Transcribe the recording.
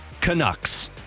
Canucks